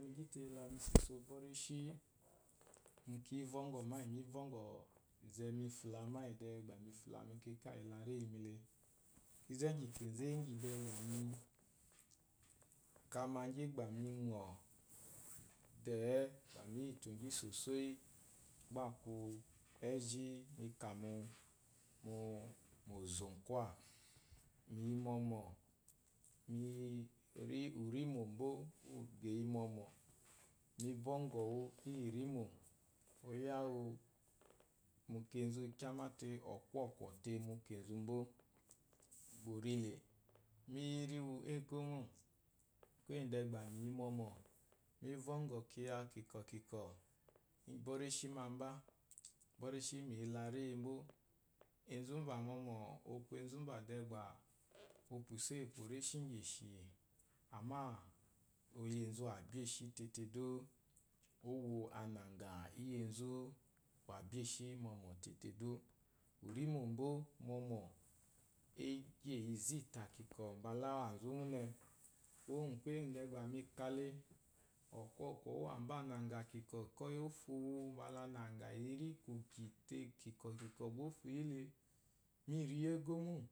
Mi gyile la miso iso bwe mu evɔgɔ ma iyi mi vɔgɔ mbula ifula iyi ko mi fula kinze igi kenze igi ba mize inka magi ba mingo dei sosai gba aku enzu iyi mika mu ozukwa miyi mɔmɔ urimo bwɔ uwubwɔkwɔ eyi mɔmɔ mi vɔngɔ oya wu kya mate ɔkwɔkwo mu kezumbo gba umba orile miri wu egomo iyi de gba miyi mɔmɔ mu ego mo iyi de gba miyi mɔmɔ mi vɔngo kiya ikunkwo kinkwo mi bwɔ reshi mamba mi bwɔ reshi mbula reyibo enzu mba mɔmɔ aku enzumba opu iso iyi ukpo reshe nyeshi, amma oyi enzu wa bi eshi tete du owo ananga iyi enzu wabi eshi mɔmɔ tete. urimbo mɔmɔ ezi ta ikunkwɔ bula iyanzumune, kuwongu ɔkwɔkwɔ mba ofu mbala ananga iri kugyi ta gba ofu yile.